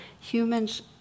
humans